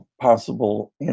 possible